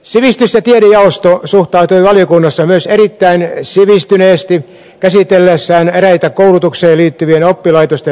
sivistys ja tiedejaosto suhtautui valiokunnassa myös erittäin sivistyneesti käsitellessään eräitä koulutukseen liittyvien oppilaitosten lisämäärärahoja